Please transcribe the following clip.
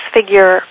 Figure